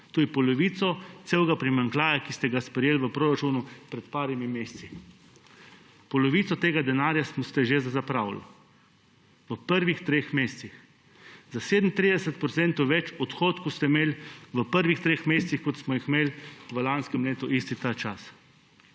To je polovica celega primanjkljaja, ki ste ga sprejeli v proračunu pred nekaj meseci. Polovico tega denarja ste že zapravili v prvih treh mesecih. Za 37 % več odhodkov ste imeli v prvih treh mesecih, kot smo jih imeli v lanskem letu v istem času.